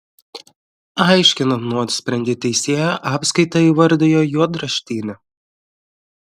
aiškinant nuosprendį teisėja apskaitą įvardijo juodraštine